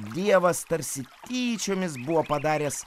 dievas tarsi tyčiomis buvo padaręs